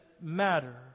matter